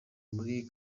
muri